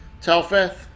Telfeth